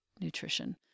nutrition